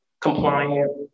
compliant